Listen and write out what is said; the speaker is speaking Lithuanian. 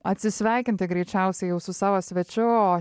atsisveikinti greičiausiai jau su savo svečiu o